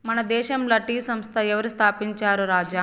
మన దేశంల టీ సంస్థ ఎవరు స్థాపించారు రాజా